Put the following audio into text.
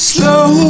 Slow